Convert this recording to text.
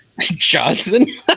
Johnson